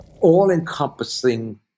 all-encompassing